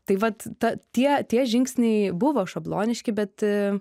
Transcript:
tai vat ta tie tie žingsniai buvo šabloniški bet